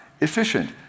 efficient